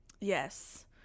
Yes